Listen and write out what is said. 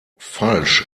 falsch